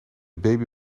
baby